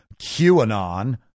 QAnon